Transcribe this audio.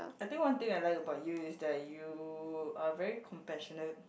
I think one thing I like about you is that you are very compassionate